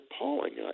appalling